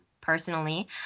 personally